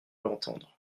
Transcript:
l’entendre